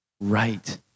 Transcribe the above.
right